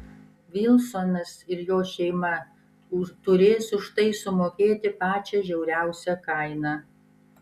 vilsonas ir jo šeima turės už tai sumokėti pačią žiauriausią kainą